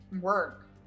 work